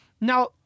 Now